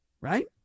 Right